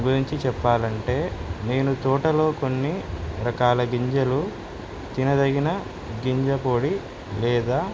గురించి చెప్పాలంటే నేను తోటలో కొన్ని రకాల గింజలు తినదగిన గింజ పొడి లేదా